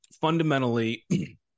fundamentally